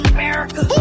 America